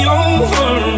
over